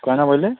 କ'ଣ ବୋଇଲେ